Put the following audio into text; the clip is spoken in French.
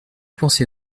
penser